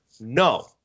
No